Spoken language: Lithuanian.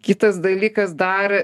kitas dalykas dar